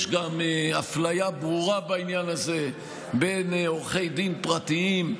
יש גם אפליה ברורה בעניין הזה בין עורכי דין פרטיים,